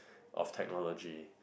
of technology